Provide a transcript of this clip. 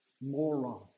moron